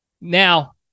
Now